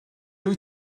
wyt